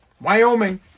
Wyoming